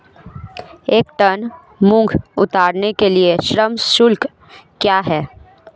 एक टन मूंग उतारने के लिए श्रम शुल्क क्या है?